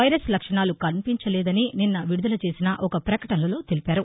virus లక్షణాలు కన్పించలేదని నిన్న విడుదల చేసిన ఒక ప్రకటనలో తెలిపారు